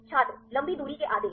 छात्र लंबी दूरी के आदेश